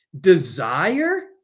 desire